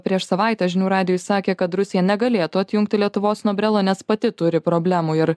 prieš savaitę žinių radijui sakė kad rusija negalėtų atjungti lietuvos nuo brelo nes pati turi problemų ir